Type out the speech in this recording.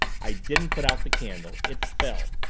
i didn't put out the candle. it fell.